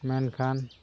ᱢᱮᱱᱠᱷᱟᱱ